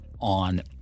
on